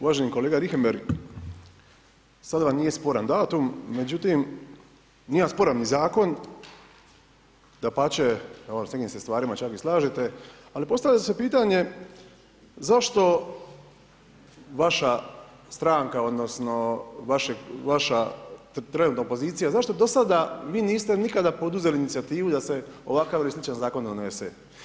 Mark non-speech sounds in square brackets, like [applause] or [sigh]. Uvaženi kolega Richembergh sada vam nije sporan datum, međutim, nije vam sporan ni zakon, da pače, s nekim se stvarima čak i slažete, ali postavlja se pitanje, zašto, vaša stranka, odnosno, vaša trenutna pozicija, zašto do sada vi niste nikada poduzeli inicijativu, da se ovakav … [unintelligible] zakon donese?